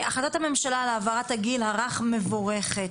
החלטת הממשלה על העברת הגיל הרך מבורכת,